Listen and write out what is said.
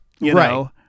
Right